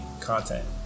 content